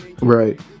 Right